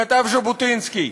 כתב ז'בוטינסקי.